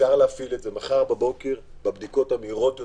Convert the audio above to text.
אפשר להפעיל את זה מחר בבוקר בבדיקות המהירות יותר,